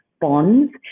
bonds